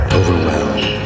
overwhelmed